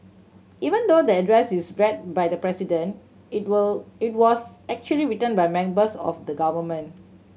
even though the address is read by the President it were it was actually written by members of the government